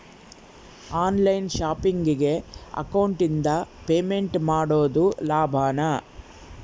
On line ಶಾಪಿಂಗಿಗೆ ಅಕೌಂಟಿಂದ payment ಮಾಡೋದು ಲಾಭಾನ?